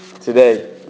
Today